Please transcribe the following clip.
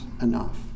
enough